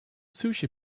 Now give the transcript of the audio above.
sushi